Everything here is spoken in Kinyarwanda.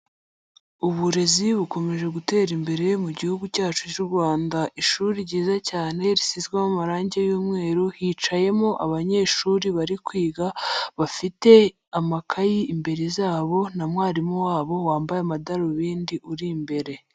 Uburezi bukomeje gutera imbere mu gihugu cyacu cy'u Rwanda. Ishuri ryiza cyane risizwemo amarangi y'umweru, hicayemo abanyeshuri bari kwiga, bafite amakayi imbere yabo na mwarimu wabo, wambaye amadarubindi uri imbere.